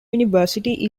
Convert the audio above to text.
university